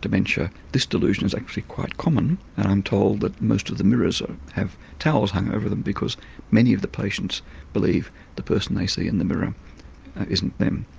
dementia this delusion is actually quite common and i'm told that most of the mirrors have towels hung over them because many of the patients believe the person they see in the mirror isn't them.